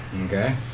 Okay